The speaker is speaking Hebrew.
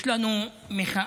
יש לנו מחאה